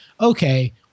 okay